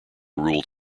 ruled